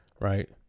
right